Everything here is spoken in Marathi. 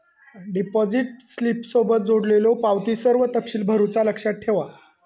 डिपॉझिट स्लिपसोबत जोडलेल्यो पावतीत सर्व तपशील भरुचा लक्षात ठेवा